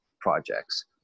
projects